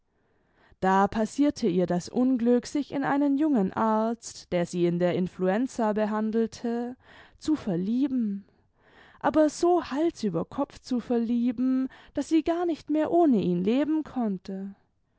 da passierte ihr das unglück sich in einen jungen arzt der sie in der influenza behandelte zu verlieben aber so hals über kopf zu verlieben daß sie gar nicht mehr ohne ihn leben konnte